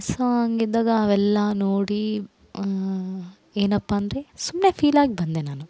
so ಹಂಗಿದ್ದಾಗ ಅವೆಲ್ಲ ನೋಡಿ ಏನಪ್ಪ ಅಂದರೆ ಸುಮ್ಮನೆ ಫೀಲಾಗಿ ಬಂದೆ ನಾನು